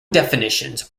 definitions